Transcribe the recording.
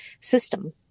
system